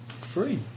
Free